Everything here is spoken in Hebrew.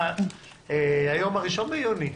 היום הראשון ביוני,